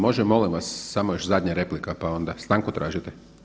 Može, molim vas samo još zadnja replika, pa onda stanku tražite?